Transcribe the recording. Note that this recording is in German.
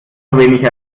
wenig